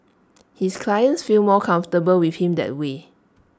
his clients feel more comfortable with him that way